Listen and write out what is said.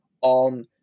on